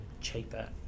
cheaper